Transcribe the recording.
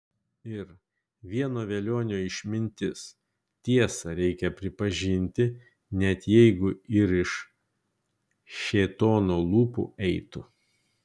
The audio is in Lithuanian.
ir vieno velionio išmintis tiesą reikia pripažinti net jeigu ir iš šėtono lūpų eitų